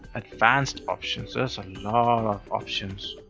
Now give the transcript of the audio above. advanced options. there's a lot of options. oh,